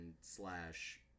slash